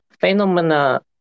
phenomena